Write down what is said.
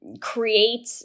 create